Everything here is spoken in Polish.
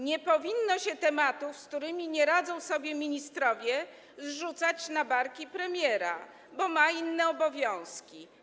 Nie powinno się tematów, z którymi nie radzą sobie ministrowie, zrzucać na barki premiera, bo on ma inne obowiązki.